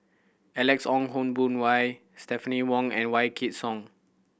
Alex Ong Boon Hau Stephanie Wong and Wykidd Song